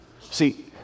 see